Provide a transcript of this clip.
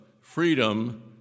freedom